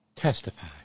testify